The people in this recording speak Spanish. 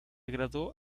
graduó